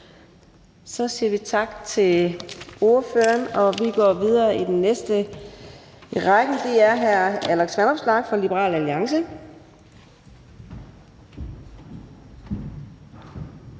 Så siger vi tak til ordføreren, og vi går videre til den næste i rækken, og det er hr. Alex Vanopslagh fra Liberal Alliance.